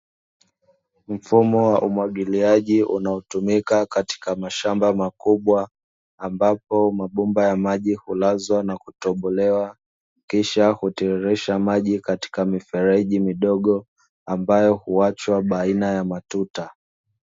Mfumo wa umwagiliaji unaotumika katika mashamba makubwa, ambapo mabomba ya maji hulazwa na kutobolewa, kisha kutiririsha maji katika mifereji midogo, ambayo huachwa baina ya matuta.